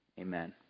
amen